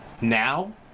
now